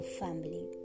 family